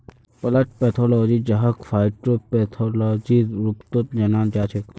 plant pathology जहाक फाइटोपैथोलॉजीर रूपतो जानाल जाछेक